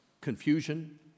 confusion